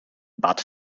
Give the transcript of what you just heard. but